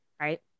right